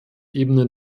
ebene